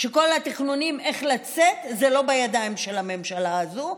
שכל התכנונים איך לצאת זה לא בידיים של הממשלה הזו,